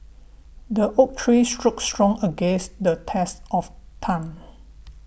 the oak tree stood strong against the test of time